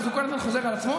ואז הוא כל הזמן חוזר על עצמו?